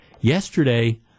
Yesterday